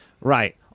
right